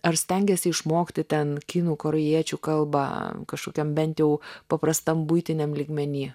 ar stengiesi išmokti ten kinų korėjiečių kalbą kažkokiam bent jau paprastam buitiniam lygmeny